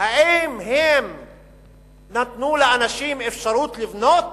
האם הם נתנו לאנשים אפשרות לבנות?